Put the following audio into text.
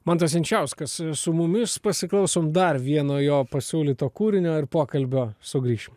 mantas jančiauskas su mumis pasiklausom dar vieno jo pasiūlyto kūrinio ir pokalbio sugrįšim